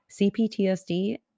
CPTSD